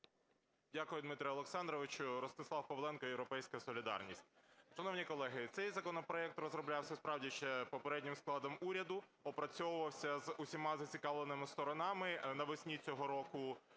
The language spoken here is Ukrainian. Дякую, Дмитре Олександровичу. Ростислав Павленко, "Європейська солідарність". Шановні колеги, цей законопроект розроблявся, справді, ще попереднім складом уряду, опрацьовувався з усіма зацікавленими сторонами, навесні цього року